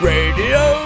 Radio